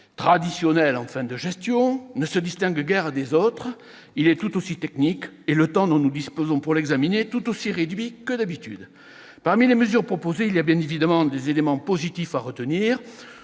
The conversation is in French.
traditionnel en fin de gestion, ne se distingue guère des autres : il est tout aussi technique que d'habitude, et le temps dont nous disposons pour l'examiner, tout aussi réduit. Parmi les mesures proposées, il y a bien évidemment des éléments positifs à retenir.